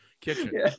kitchen